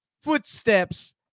Footsteps